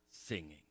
Singing